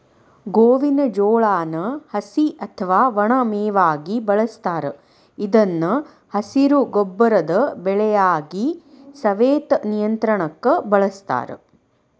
ಗೋವಿನ ಜೋಳಾನ ಹಸಿ ಅತ್ವಾ ಒಣ ಮೇವಾಗಿ ಬಳಸ್ತಾರ ಇದನ್ನು ಹಸಿರು ಗೊಬ್ಬರದ ಬೆಳೆಯಾಗಿ, ಸವೆತ ನಿಯಂತ್ರಣಕ್ಕ ಬಳಸ್ತಾರ